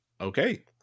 Okay